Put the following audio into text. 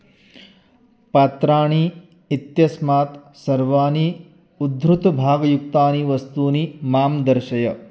पात्राणि इत्यस्मात् सर्वाणि उद्धृतभागयुक्तानि वस्तूनि मां दर्शय